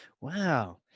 Wow